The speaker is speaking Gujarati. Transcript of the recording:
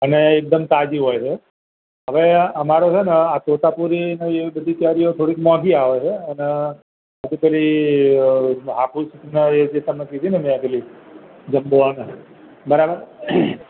અને એક દમ તાજી હોય છે હવે અમારે છે ને આ તોતાપુરી ને એવી બધી કેરીઓ થોડી મોંઘી આવે છે અને પછી પેલી આફૂસ ને એ જે તમે કીધી ને મેં પેલી જમ્બો ને બરાબર